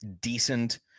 decent